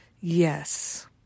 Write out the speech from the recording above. Yes